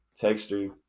Texture